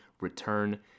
return